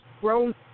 grown